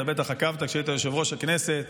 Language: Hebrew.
אתה בטח עקבת כשהיית יושב-ראש הכנסת